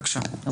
בבקשה.